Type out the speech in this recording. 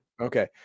okay